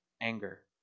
anger